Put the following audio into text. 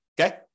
Okay